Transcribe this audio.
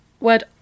word